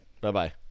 Bye-bye